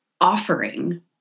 offering